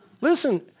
Listen